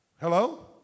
Hello